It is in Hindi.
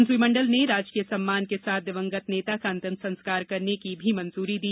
मंत्रिमंडल ने राजकीय सम्मान के साथ दिवंगत नेता का अंतिम संस्कार करने की भी मंजूरी दी